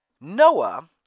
Noah